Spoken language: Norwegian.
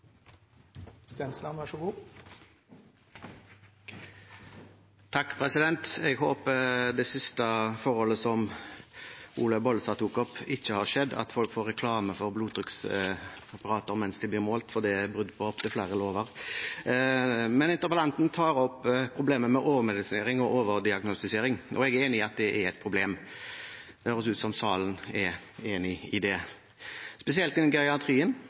Jeg håper det siste forholdet som Olaug V. Bollestad tok opp, ikke har skjedd – at folk får reklame for blodtrykkspreparater mens de blir målt – for det er brudd på opptil flere lover. Interpellanten tar opp problemet med overmedisinering og overdiagnostisering, og jeg er enig i at det er et problem, spesielt innen geriatrien. Det høres ut som salen er enig i det.